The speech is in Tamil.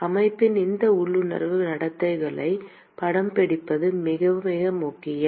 அமைப்பின் இந்த உள்ளுணர்வு நடத்தைகளைப் படம்பிடிப்பது மிக மிக முக்கியம்